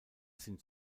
sind